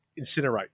incinerate